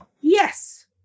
Yes